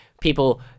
People